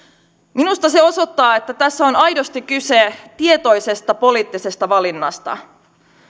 minusta se osoittaa että tässä on aidosti kyse tietoisesta poliittisesta valinnasta